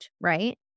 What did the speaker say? right